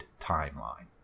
Timeline